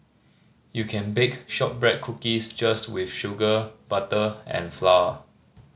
you can bake shortbread cookies just with sugar butter and flour